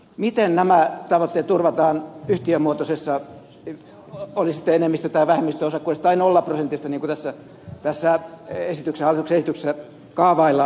miten nämä tavoitteet turvataan yhtiömuotoisessa oli sitten enemmistö tai vähemmistö osakkuudesta tai nolla prosenttia niin kuin tässä hallituksen esityksessä kaavaillaan